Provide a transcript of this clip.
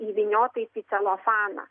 įvyniotais į celofaną